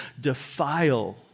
defile